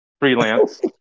Freelance